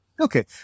Okay